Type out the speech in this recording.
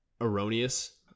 erroneous